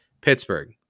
Pittsburgh